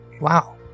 wow